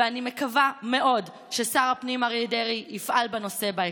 ואני מקווה מאוד ששר הפנים אריה דרעי יפעל בנושא בהקדם.